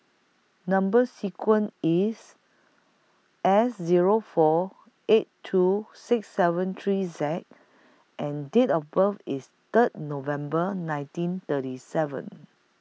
Number sequence IS S Zero four eight two six seven three Z and Date of birth IS Third November nineteen thirty seven